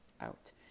out